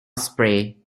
spray